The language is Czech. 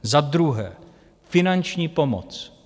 Za druhé, finanční pomoc.